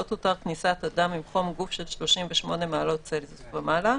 לא תותר כניסת אדם עם חום גוף של 38 מעלות צלזיוס ומעלה,